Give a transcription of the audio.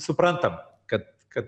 suprantam kad kad